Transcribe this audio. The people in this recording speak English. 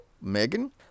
megan